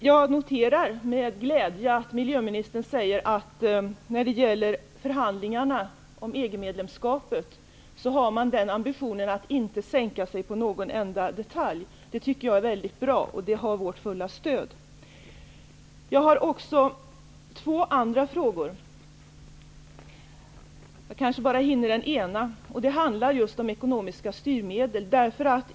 Jag noterar med glädje att miljöministern säger att när det gäller förhandlingarna om EG medlemskapet har man ambitionen att inte sänka sig på någon enda detalj. Det tycker jag är mycket bra. Det har vårt fulla stöd. Jag har också två andra frågor. Jag kanske bara hinner ställa den ena. Den handlar just om ekonomiska styrmedel.